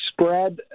spread